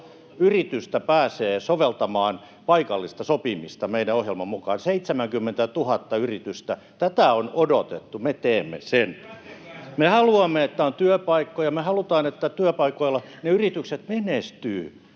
yritystä pääsee soveltamaan paikallista sopimista meidän ohjelmamme mukaan — 70 000 yritystä. Tätä on odotettu, me teemme sen. Me haluamme, että on työpaikkoja. Me haluamme, että yritykset menestyvät,